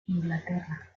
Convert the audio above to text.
inglaterra